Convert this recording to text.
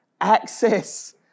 access